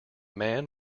man